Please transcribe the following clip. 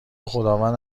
خداوند